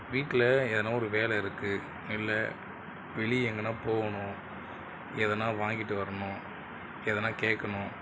வீட்டில் எதனால் ஒரு வேலை இருக்குது இல்லை வெளியே எங்கேனா போகணும் எதனால் வாங்கிட்டு வரணும் எதனால் கேட்கணும்